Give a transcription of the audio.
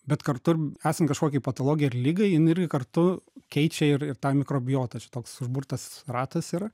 bet kartu esant kažkokiai patologijai ar ligai jin irgi kartu keičia ir ir tą mikrobiotą čia toks užburtas ratas yra